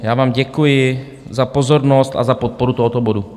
Já vám děkuji za pozornost a za podporu tohoto bodu.